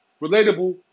relatable